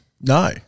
No